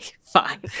fine